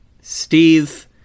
Steve